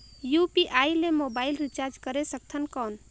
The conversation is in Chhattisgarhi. यू.पी.आई ले मोबाइल रिचार्ज करे सकथन कौन?